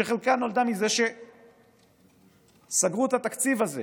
וחלקה נובע מזה שסגרו את התקציב הזה